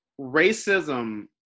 racism